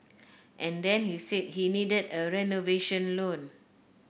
and then he said he needed a renovation loan